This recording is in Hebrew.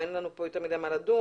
אין לנו פה יותר מדי על מה לדון